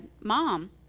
mom